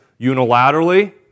Unilaterally